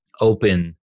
open